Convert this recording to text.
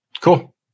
Cool